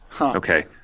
Okay